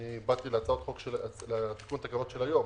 אני באתי לתקנות של היום.